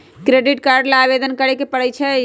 credit card ला आवेदन करे के परई छई